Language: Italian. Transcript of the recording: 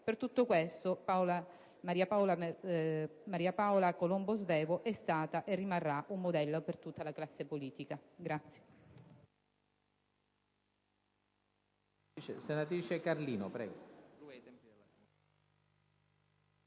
Per tutto ciò Maria Paola Colombo Svevo è stata e rimarrà un modello per tutta la classe politica.